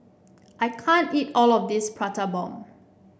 I can't eat all of this Prata Bomb